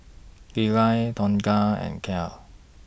Lilah Tonja and Kiel